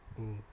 mm